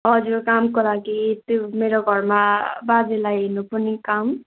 हजुर कामको लागि त्यो मेरो घरमा बाजेलाई हेर्नुपर्ने काम